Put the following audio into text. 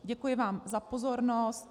Děkuji vám za pozornost.